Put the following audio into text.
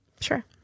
Sure